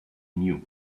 knew